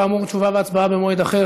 כאמור, תשובה והצבעה במועד אחר.